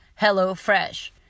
HelloFresh